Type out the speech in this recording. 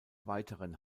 weiteren